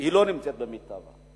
לא נמצאת במיטבה.